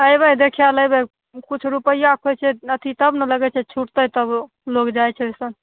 एबय देखै लऽ एबै किछु रूपैआ के होइत छै अथी तब ने लगैत छै छूटतै तब लोग जाइत छै